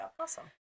awesome